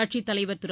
கட்சித்தலைவர் திரு